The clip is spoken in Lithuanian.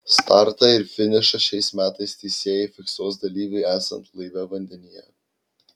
startą ir finišą šiais metais teisėjai fiksuos dalyviui esant laive vandenyje